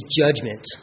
judgment